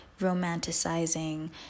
romanticizing